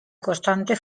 constante